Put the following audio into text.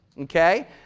Okay